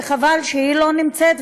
וחבל שהיא לא נמצאת,